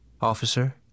Officer